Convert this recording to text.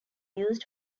used